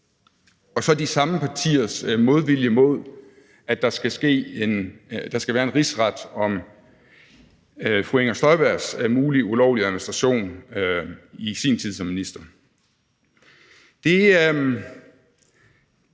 og så de samme partiers modvilje mod, at der skal være en rigsret om fru Inger Støjbergs mulige ulovlige administration i sin tid som minister.